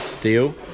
Deal